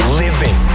living